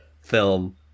film